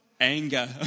anger